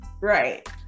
Right